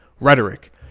Rhetoric